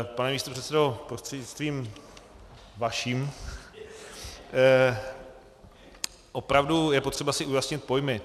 Pane místopředsedo, prostřednictvím vaším, opravdu je potřeba si ujasnit pojmy.